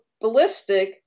ballistic